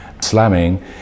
Slamming